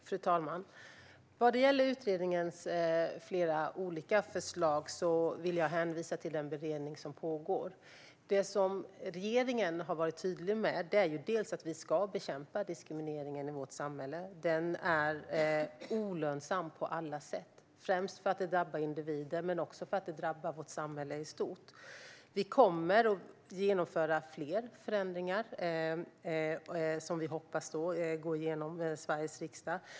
Fru talman! Vad gäller utredningens flera olika förslag vill jag hänvisa till den beredning som pågår. Det som regeringen har varit tydlig med är bland annat att vi ska bekämpa diskrimineringen i vårt samhälle. Den är olönsam på alla sätt; främst för att den drabbar individer och för att den drabbar vårt samhälle i stort. Vi kommer att genomföra flera förändringar som vi hoppas går igenom Sveriges riksdag.